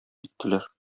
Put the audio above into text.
киттеләр